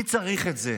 מי צריך את זה?